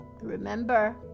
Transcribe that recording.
remember